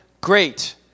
Great